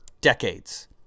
decades